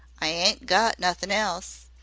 i ain't got nothin' else.